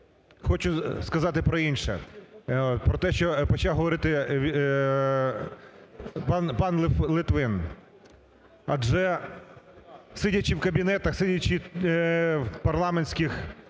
хочу сказати про інше, про те, що почав говорити пан Литвин. Адже, сидячи в кабінетах, сидячи в парламентських